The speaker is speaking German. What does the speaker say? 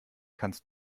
kannst